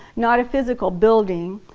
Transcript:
not a physical building,